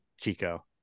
Chico